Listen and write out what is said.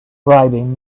bribing